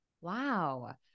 Wow